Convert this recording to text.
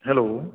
hello